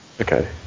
Okay